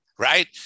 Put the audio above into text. Right